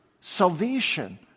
salvation